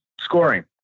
scoring